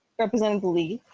representative lee.